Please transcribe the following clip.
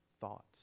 thought